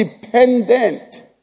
dependent